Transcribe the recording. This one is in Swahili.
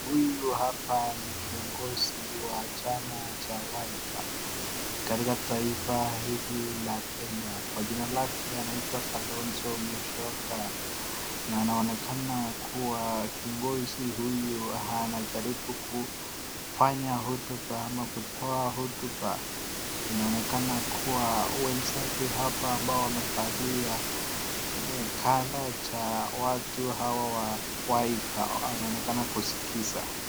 Huyu hapa ni kiongozi wa chama cha wiper katika taifa hili la Kenya. Kwa jina lake anaitwa Kalonzo Musyoka. Na anaonekana kuwa kiongozi huyu anajaribu kufanya hotuba ama kutoa hotuba. Inaonekana kuwa wensaki hapa ambao wamevalia eh kana cha watu hawa wa wiper wanaonekana kusikiza.